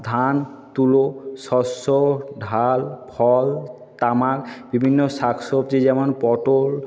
ধান তুলো শস্য ঢাল ফল তামাক বিভিন্ন শাক সবজি যেমন পটল